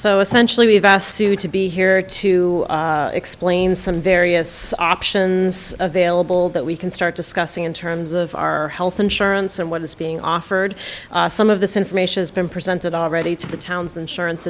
so essentially we've asked you to be here to explain some various options available that we can start discussing in terms of our health insurance and what is being offered some of this information has been presented already to the town's insurance